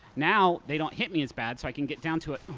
now they don't hit me as bad, so i can get down to a oh,